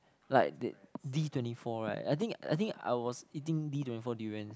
like they D twenty four right I think I think I was eating D twenty four durian